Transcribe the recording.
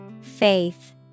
Faith